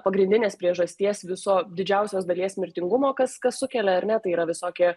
pagrindinės priežasties viso didžiausios dalies mirtingumo kas kas sukelia ar ne tai yra visokie